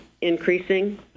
increasing